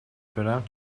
بریم